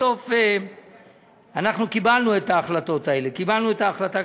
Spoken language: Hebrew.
בסוף קיבלנו את ההחלטות האלה: קיבלנו את ההחלטה,